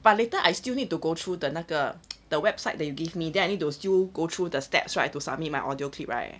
but later I still need to go through the 那个 the website that you give me that I those you go through the steps right to submit my audio clip right